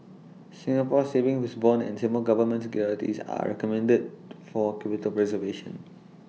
Singapore savings bonds and Singapore Government securities are recommended to for capital preservation